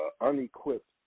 unequipped